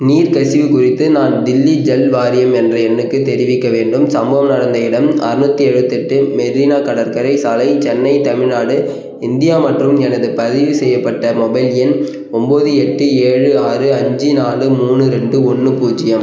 நீர்க் கசிவு குறித்து நான் தில்லி ஜல் வாரியம் என்ற எண்ணுக்கு தெரிவிக்க வேண்டும் சம்பவம் நடந்த இடம் ஆறுநூத்தி எழுபத்தெட்டு மெரினா கடற்கரை சாலை சென்னை தமிழ்நாடு இந்தியா மற்றும் எனது பதிவு செய்யப்பட்ட மொபைல் எண் ஒன்போது எட்டு ஏழு ஆறு அஞ்சு நாலு மூணு ரெண்டு ஒன்று பூஜ்யம்